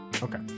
Okay